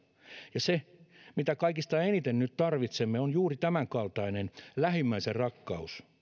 ja se mitä kaikista eniten nyt tarvitsemme on juuri tämänkaltainen lähimmäisenrakkaus